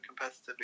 competitively